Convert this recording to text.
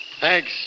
Thanks